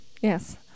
Yes